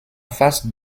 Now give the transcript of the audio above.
face